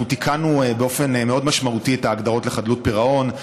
אנחנו תיקנו באופן מאוד משמעותי את ההגדרות לחדלות פירעון,